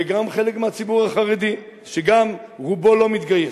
וגם חלק מהציבור החרדי, שגם רובו לא מתגייס,